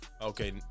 Okay